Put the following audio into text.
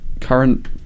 current